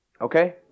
Okay